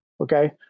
Okay